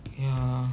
ya